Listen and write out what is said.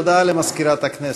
הודעה למזכירת הכנסת.